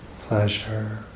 pleasure